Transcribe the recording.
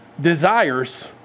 desires